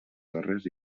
torres